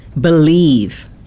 believe